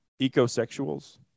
ecosexuals